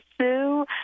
Sue